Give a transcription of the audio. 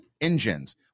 engines